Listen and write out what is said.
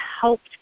helped